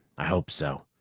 i hope so.